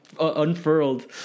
unfurled